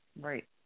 Right